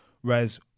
Whereas